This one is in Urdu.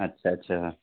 اچھا اچھا